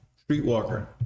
streetwalker